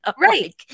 right